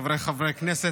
חבריי חברי הכנסת,